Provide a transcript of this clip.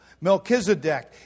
Melchizedek